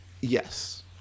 Yes